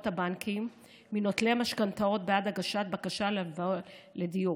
הבנקים מנוטלי משכנתאות בעד הגשת בקשה להלוואה לדיור.